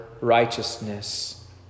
righteousness